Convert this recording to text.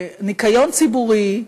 ניקיון ציבורי,